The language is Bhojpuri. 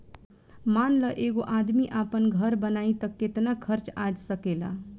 मान ल एगो आदमी आपन घर बनाइ त केतना खर्च आ सकेला